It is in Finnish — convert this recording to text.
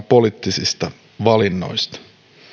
poliittisista valinnoista